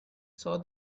saw